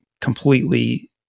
completely